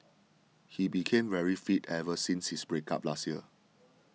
he became very fit ever since his break up last year